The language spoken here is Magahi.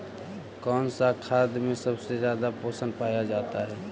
कौन सा खाद मे सबसे ज्यादा पोषण पाया जाता है?